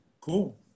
cool